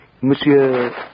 Monsieur